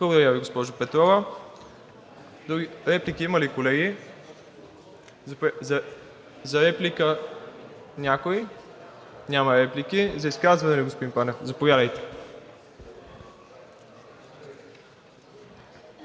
Благодаря Ви, госпожо Петрова. Други реплики има ли, колеги? За реплика някой? Няма. За изказване ли, господин Панев? Заповядайте.